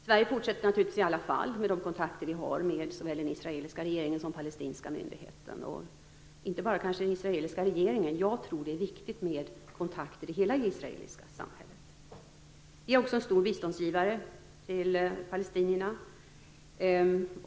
Sverige fortsätter naturligtvis i alla fall med de kontakter vi har med såväl den israeliska regeringen som palestinska myndigheter. Inte kanske bara den israeliska regeringen: jag tror att det är viktigt med kontakter med hela det israeliska samhället. Vi är också en stor biståndsgivare till palestinierna.